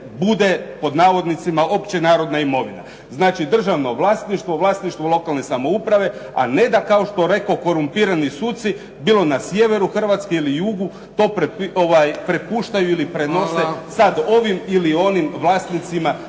pod "općenarodna imovina". Znači, državno vlasništvo, vlasništvo lokalne samouprave a ne da kao što rekoh korumpirani suci bilo na sjeveru Hrvatske ili jugu to prepuštaju ili prenose sad ovim ili onim vlasnicima